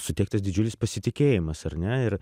suteiktas didžiulis pasitikėjimas ar ne ir